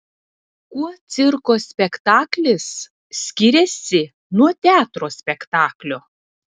kuo cirko spektaklis skiriasi nuo teatro spektaklio